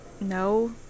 No